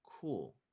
cool